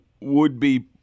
would-be